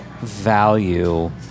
value